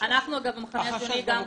החשש במקום.